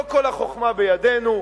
לא כל החוכמה בידינו.